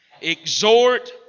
exhort